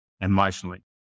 emotionally